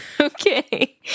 Okay